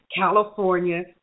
California